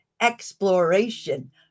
exploration